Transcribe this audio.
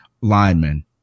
linemen